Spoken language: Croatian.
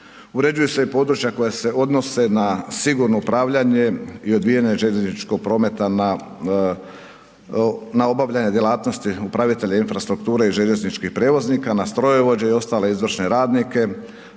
Uređuju se i područja koja se odnose na sigurno upravljanje i odvijanje željezničkog prometa na obavljanje djelatnosti upravitelja infrastrukture i željezničkih prijevoznika na strojovođe i ostale izvršne radnike,